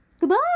goodbye